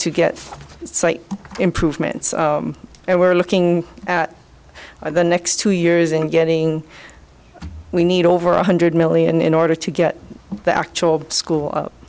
to get slight improvements and we're looking at the next two years in getting we need over one hundred million in order to get the actual school